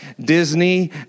Disney